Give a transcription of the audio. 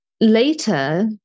later